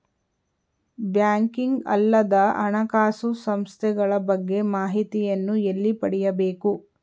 Banking ಅಲ್ಲದ ಹಣಕಾಸು ಸಂಸ್ಥೆಗಳ ಬಗ್ಗೆ ಮಾಹಿತಿಯನ್ನು ಎಲ್ಲಿ ಪಡೆಯಬೇಕು?